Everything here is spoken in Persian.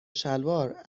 شلوار